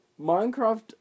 Minecraft